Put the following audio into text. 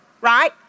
right